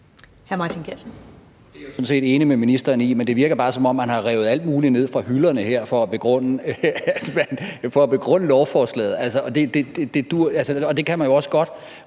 Det er jeg sådan set enig med ministeren i, men det virker bare, som om man har revet alt muligt ned fra hylderne for at begrunde lovforslaget. Det kan man jo også godt,